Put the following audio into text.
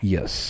Yes